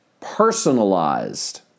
personalized